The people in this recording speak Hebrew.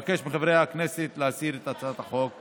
אבקש מחברי הכנסת להסיר את הצעת החוק מסדר-היום.